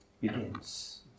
begins